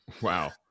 Wow